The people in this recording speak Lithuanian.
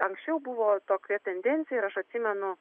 anksčiau buvo tokia tendencija ir aš atsimenu